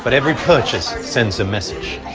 but every purchase sends a message.